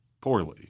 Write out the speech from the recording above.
poorly